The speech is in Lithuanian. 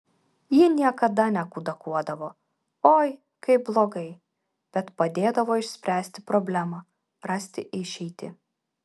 ji niekada nekudakuodavo oi kaip blogai bet padėdavo išspręsti problemą rasti išeitį